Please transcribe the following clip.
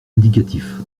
indicatif